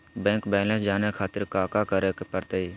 Bank balance जाने खातिर काका करे पड़तई?